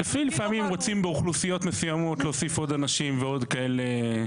לפעמים רוצים באוכלוסיות מסוימות להוסיף עוד אנשים ועוד כאלה.